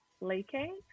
leaking